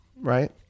right